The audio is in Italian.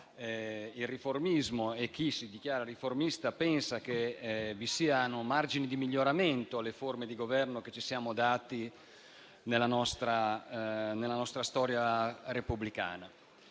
del riformismo e di chi si dichiara riformista vi sono margini di miglioramento alle forme di governo che ci siamo dati nella nostra storia repubblicana.